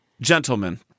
Gentlemen